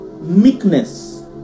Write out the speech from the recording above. meekness